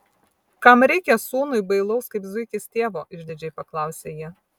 kam reikia sūnui bailaus kaip zuikis tėvo išdidžiai paklausė ji